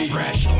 Fresh